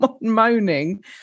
moaning